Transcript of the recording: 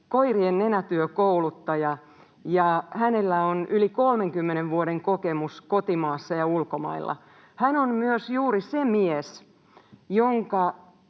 koirien nenätyökouluttaja, ja hänellä on yli 30 vuoden kokemus kotimaassa ja ulkomailla. Hän on myös juuri se mies, jonka